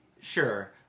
sure